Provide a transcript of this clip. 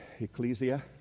Ecclesia